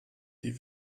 die